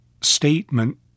statement